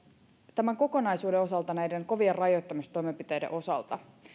tämän kokonaisuuden osalta ja näiden kovien rajoittamistoimenpiteiden osalta